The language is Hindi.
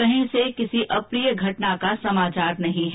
कहीं से किसी अप्रिय घटना की खबर नहीं है